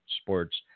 sports